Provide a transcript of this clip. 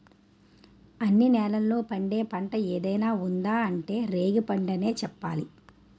అన్ని నేలల్లో పండే పంట ఏదైనా ఉందా అంటే రేగిపండనే చెప్పాలి